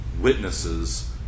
witnesses